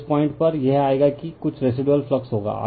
तो इस पॉइंट पर यह आएगा कि कुछ रेसिदुअल फ्लक्स होगा